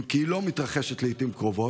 אם כי היא לא מתרחשת לעיתים קרובות.